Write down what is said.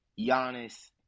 Giannis